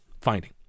finding